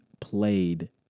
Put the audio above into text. played